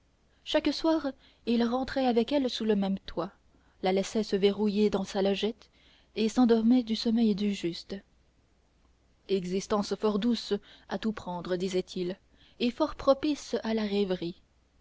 chaque soir il rentrait avec elle sous le même toit la laissait se verrouiller dans sa logette et s'endormait du sommeil du juste existence fort douce à tout prendre disait-il et fort propice à la rêverie